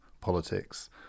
politics